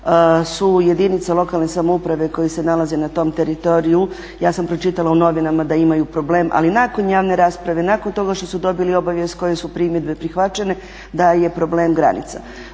su jedinice lokalne samouprave koje se nalaze na tom teritoriju, ja sam pročitala u novinama da imaju problem, ali nakon javne rasprave, nakon toga što su dobili obavijest koje su primjedbe prihvaćene da je problem granica.